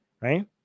right